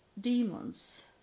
demons